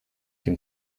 dem